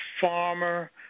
farmer